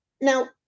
Now